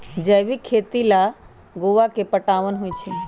जैविक खेती लेल खेत में गोआ के पटाओंन होई छै